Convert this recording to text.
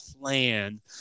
plan